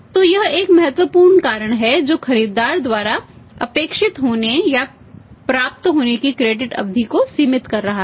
तो यह एक महत्वपूर्ण कारण है जो खरीदार द्वारा अपेक्षित होने या प्राप्त होने की क्रेडिट अवधि को सीमित कर रहा है